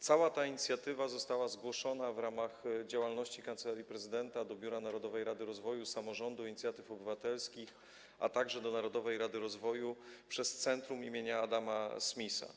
Cała ta inicjatywa została zgłoszona w ramach działalności Kancelarii Prezydenta do Biura Narodowej Rady Rozwoju, Samorządu i Inicjatyw Obywatelskich, a także do Narodowej Rady Rozwoju przez Centrum im. Adama Smitha.